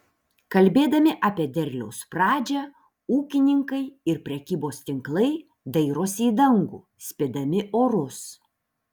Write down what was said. kalbėdami apie derliaus pradžią ūkininkai ir prekybos tinklai dairosi į dangų spėdami orus